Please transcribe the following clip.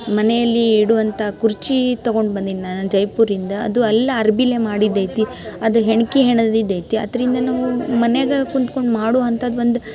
ಮನೆಯಲ್ಲಿ ಇಡುವಂಥ ಕುರ್ಚಿ ತಗೊಂಡು ಬಂದೀನಿ ನಾನು ಜೈಪುರಿಂದ ಅದು ಅಲ್ಲಿ ಅರ್ವಿಲ್ಲೇ ಮಾಡಿದ್ದು ಐತಿ ಅದು ಹೆಣ್ಕೆ ಹೆಣಿದಿದ್ದು ಐತಿ ಅದರಿಂದ ನಾವೂ ಮನೆಯಾಗ ಕುಂತ್ಕೊಂಡು ಮಾಡುವಂಥದ್ದು ಒಂದು